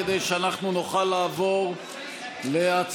כדי שאנחנו נוכל לעבור להצבעות.